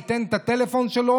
הוא ייתן את הטלפון שלו,